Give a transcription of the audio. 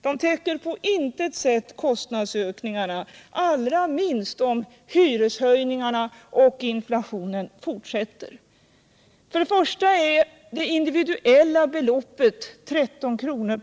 Stödet täcker på intet sätt kostnadsökningarna, allra minst om hyreshöjningarna och inflationen fortsätter. För det första är det individuella beloppet, 13 kr.